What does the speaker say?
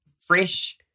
fresh